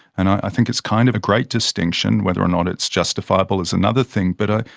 and, i think, it's kind of a great distinction, whether or not it's justifiable is another thing. but,